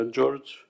George